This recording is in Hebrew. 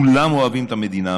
כולם אוהבים את המדינה.